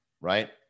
right